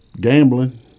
gambling